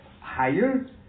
higher